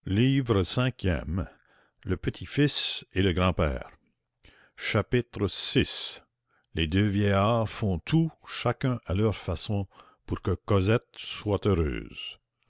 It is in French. chapitre vi les deux vieillards font tout chacun à leur façon pour que cosette soit heureuse